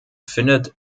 findet